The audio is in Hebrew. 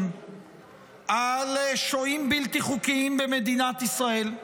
על שוהים בלתי חוקיים במדינת ישראל.